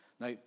Now